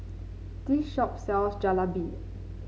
this shop sells Jalebi